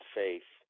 faith